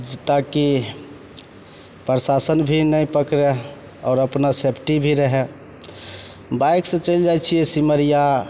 जतऽ कि प्रशाशन भी नहि पकड़ै आओर अपना सेफ्टी भी रहै बाइकसे चलि जाइ छिए सिमरिया